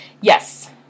yes